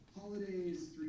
Holidays